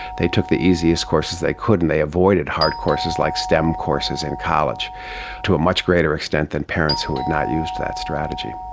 they took the easiest courses they could and they avoided hard courses like stem courses in college to a much greater extent than parents who had not used that strategy.